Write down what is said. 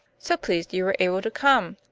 so pleased you were able to come.